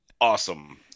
awesome